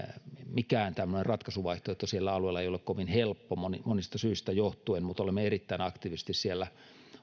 mikään tämmöinen ratkaisuvaihtoehto siellä alueella ei ole kovin helppo monista monista syistä johtuen mutta olemme erittäin aktiivisesti siellä